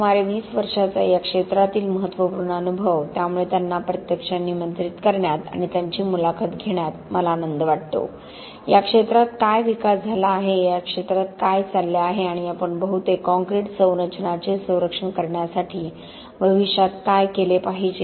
सुमारे 20 वर्षांचा या क्षेत्रातील महत्त्वपूर्ण अनुभव त्यामुळे त्यांना प्रत्यक्ष निमंत्रित करण्यात आणि त्यांची मुलाखत घेण्याचा मला आनंद वाटतो या क्षेत्रात काय विकास झाला आहे या क्षेत्रात काय चालले आहे आणि आपण बहुतेक काँक्रीट संरचनांचे संरक्षण करण्यासाठी भविष्यात काय केले पाहिजे